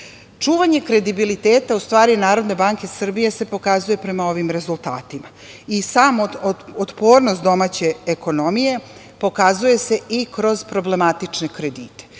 period. Čuvanje kredibiliteta u stvari NBS se pokazuje prema ovim rezultatima i sama otpornost domaće ekonomije pokazuje se i kroz problematične kredite.